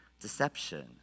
deception